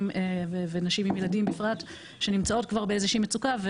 ונשים עם ילדים בפרט שנמצאות באיזושהי מצוקה.